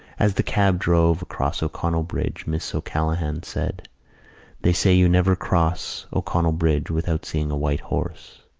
as the cab drove across o'connell bridge miss o'callaghan said they say you never cross o'connell bridge without seeing a white horse.